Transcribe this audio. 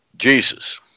Jesus